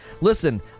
Listen